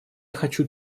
хочу